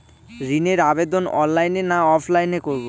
ঋণের আবেদন অনলাইন না অফলাইনে করব?